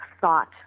thought